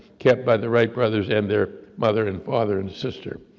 kept by the wright brothers, and their mother and father, and sister,